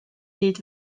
hyd